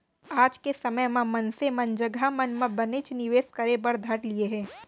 आज के समे म मनसे मन जघा मन म बनेच निवेस करे बर धर लिये हें